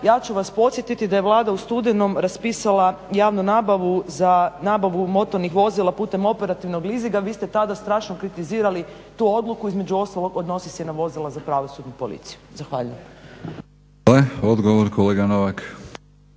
ja ću vas podsjetiti da je Vlada u studenom raspisala javnu nabavu za nabavu motornih vozila putem operativnog lizinga. Vi ste tada strašno kritizirali tu odluku, između ostalo odnosi se na vozila za pravosudnu policiju. Zahvaljujem. **Batinić, Milorad